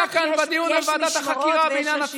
הוא ניהל כאן את הדיון עד עכשיו ופשוט ברח,